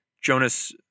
jonas